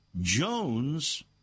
Jones